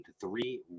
three